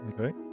okay